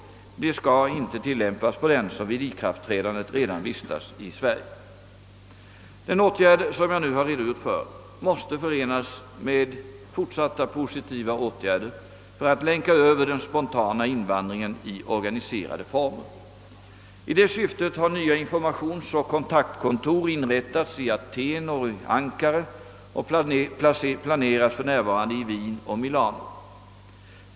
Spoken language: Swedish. De skall inte tillämpas på den som vid ikraftträdandet redan vistas i Sverige. Den åtgärd som jag nu har redogjort för måste förenas med fortsatta positiva åtgärder för att länka över den spontana invandringen i organiserade former. I det syftet har nya informationsoch kontaktkontor inrättats i Atén och Ankara och planeras för närvarande i Wien och Milano.